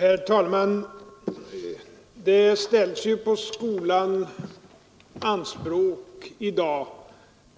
Herr talman! Det ställs i dag anspråk på skolan